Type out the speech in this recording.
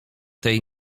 tej